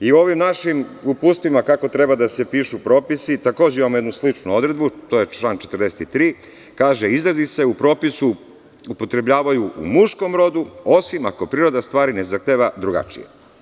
U ovim našim uputstvima kako treba da se pišu propisi takođe imamo jednu sličnu odredbu, to je član 43, kaže – izrazi se u propisu upotrebljavaju u muškom rodu, osim ako priroda stvari ne zahteva drugačije.